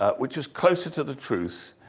ah which was closer to the truth.